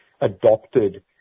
adopted